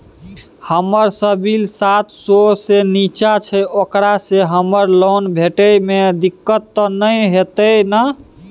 हमर सिबिल सात सौ से निचा छै ओकरा से हमरा लोन भेटय में दिक्कत त नय अयतै ने?